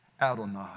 Adonai